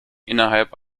innerhalb